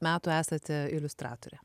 metų esate iliustratorė